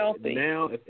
now